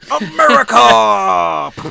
America